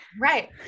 Right